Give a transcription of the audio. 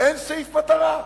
אין סעיף מטרה.